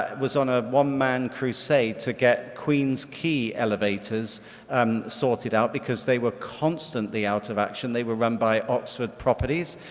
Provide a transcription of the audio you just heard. was on a one-man crusade to get queens quay elevators um sorted out because they were constantly out of action, they were run by oxford properties.